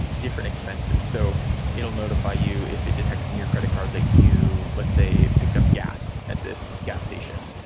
different expenses. so it'll notify you if it detects in your credit card that you, let's say, picked up gas at this gas station.